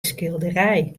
skilderij